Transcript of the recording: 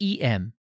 EM